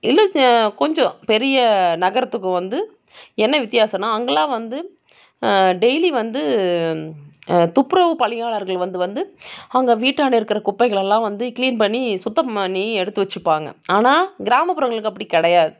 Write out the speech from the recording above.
இல்லை கொஞ்சம் பெரிய நகரத்துக்கும் வந்து என்ன வித்தியாசம்னால் அங்கெல்லாம் வந்து டெய்லி வந்து துப்புரவு பணியாளர்கள் வந்து வந்து அங்கே வீட்டாண்ட இருக்கிற குப்பைகள் எல்லாம் வந்து க்ளீன் பண்ணி சுத்தம் பண்ணி எடுத்து வச்சுப்பாங்க ஆனால் கிராமப்புறங்களுக்கு அப்படி கிடயாது